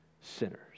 sinners